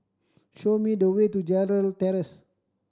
show me the way to Gerald Terrace